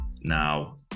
Now